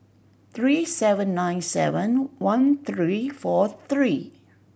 three seven nine seven one three four three